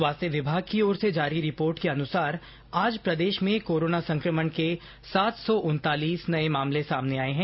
स्वास्थ्य विभाग की ओर से जारी रिपोर्ट के अनुसार आज प्रदेश में कोरोना संक्रमण के सात सौ उनतालिस नए मामले सामने आए हैं